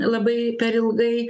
labai per ilgai